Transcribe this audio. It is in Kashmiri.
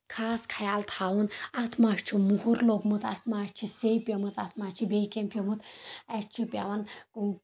خاص خیال تھاوُن اَتھ مہ چھُ مُہر لوگمُت اَتھ مہ چھےٚ سیٚیہِ پیٚمٕژ اَتھ مہ چھُ بیٚیہِ کیٚنٛہہ پیوٚمُت اَسہِ چھُ پیٚوان